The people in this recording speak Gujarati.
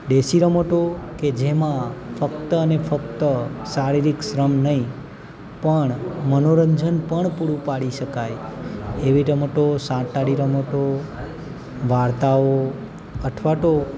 દેશી રમતો કે જેમાં ફ્કત અને ફક્ત શારીરિક શ્રમ નહીં પણ મનોરંજન પણ પૂરું પાડી શકાય એવી રમતો સાત તાળી રમતો વાર્તાઓ અથવા તો